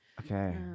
okay